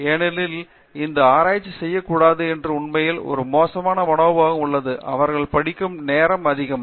ஏனெனில் எந்த ஆராய்ச்சி செய்ய கூடாது என்று உண்மையில் ஒரு மோசமான மனோபாவம் உள்ளது அவர்கள் படிக்கும் நேரம் அதிகம்